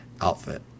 outfit